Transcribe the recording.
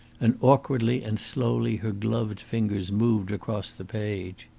and awkwardly and slowly her gloved fingers moved across the page.